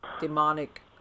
demonic